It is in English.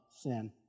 sin